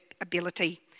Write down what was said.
ability